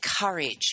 courage